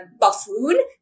buffoon